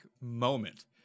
moment